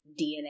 DNA